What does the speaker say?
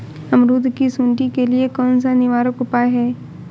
अमरूद की सुंडी के लिए कौन सा निवारक उपाय है?